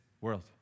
world